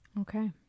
okay